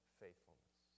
faithfulness